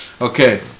Okay